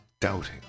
doubting